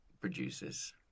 producers